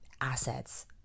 assets